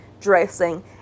dressing